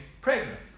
pregnant